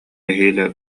нэһиилэ